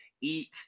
eat